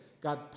God